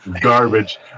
garbage